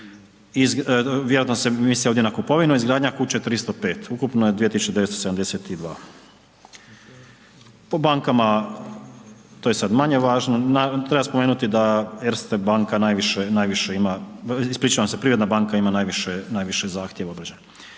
vjerojatno se ovdje misli na kupovinu, a izgradnja kuće 305, ukupno je 2972, po bankama, to je sad manje važno, treba spomenuti da Erste banka najviše, najviše ima, ispričavam se, Privredna banka ima najviše zahtjeva obrađenih.